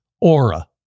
Aura